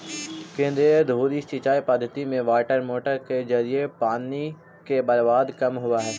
केंद्रीय धुरी सिंचाई पद्धति में वाटरमोटर के जरिए पानी के बर्बादी कम होवऽ हइ